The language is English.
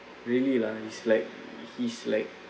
really lah is like he is like